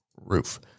roof